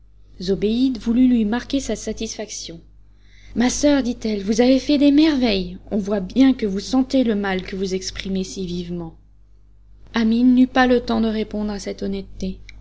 zobéide voulut lui marquer sa satisfaction ma soeur dit-elle vous avez fait des merveilles on voit bien que vous sentez le mal que vous exprimez si vivement amine n'eut pas le temps de répondre à cette honnêteté